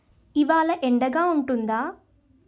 ఇవాళ ఎండగా ఉంటుందా